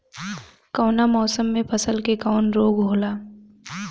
कवना मौसम मे फसल के कवन रोग होला?